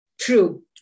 True